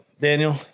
Daniel